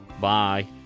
Bye